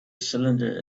cylinder